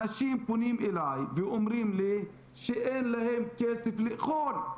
אנשים פונים אליי ואומרים לי שאין להם כסף לאכול,